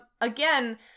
Again